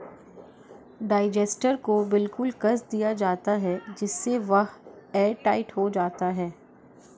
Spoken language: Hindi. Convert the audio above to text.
डाइजेस्टर को बिल्कुल कस दिया जाता है जिससे वह एयरटाइट हो जाता है